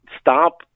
stop